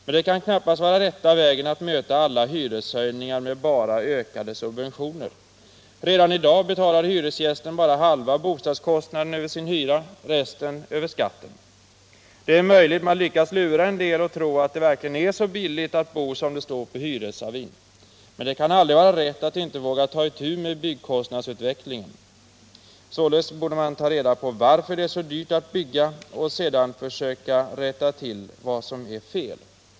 Men det kan knappast vara rätta vägen att möta alla hyreshöjningar med enbart ökade subventioner. Redan i dag betalar hyresgästen bara halva bostadskostnaden över sin hyra — resten över skatten. Det är möjligt att man lyckas lura en del att tro att det verkligen är så billigt att bo som det står på hyresavin. Men det kan aldrig vara rätt att inte våga ta itu med byggkostnadsutvecklingen. Således borde man ta reda på varför det är så dyrt att bygga och sedan försöka rätta till vad som är fel.